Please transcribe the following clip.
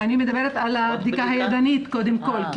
אני מדברת קודם כל על הבדיקה הידנית כי